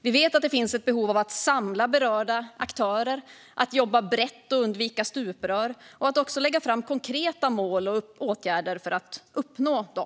Vi vet att det finns ett behov av att samla berörda aktörer, att jobba brett och att undvika stuprör och att lägga fram konkreta mål och åtgärder för att uppnå dessa.